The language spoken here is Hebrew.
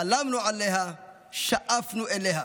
חלמנו עליה, שאפנו אליה.